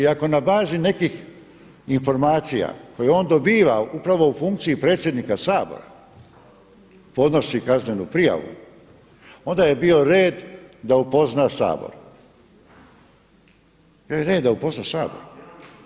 I ako na bazi nekih informacija koje on dobiva upravo u funkciji predsjednika Sabora podnosi kaznenu prijavu, onda je bio red da upozna Sabor, bio je red da upozna Sabor.